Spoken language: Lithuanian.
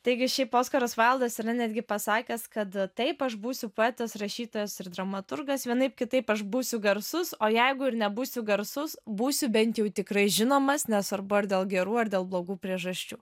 taigi šiaip oskaras vaildas yra netgi pasakęs kad taip aš būsiu poetas rašytojas ir dramaturgas vienaip kitaip aš būsiu garsus o jeigu ir nebūsiu garsus būsiu bent jau tikrai žinomas nesvarbu ar dėl gerų ar dėl blogų priežasčių